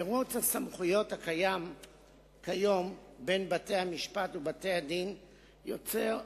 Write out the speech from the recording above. מירוץ הסמכויות הקיים כיום בין בתי-המשפט ובתי-הדין יוצר,